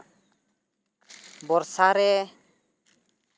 ᱵᱚᱨᱥᱟ ᱨᱮ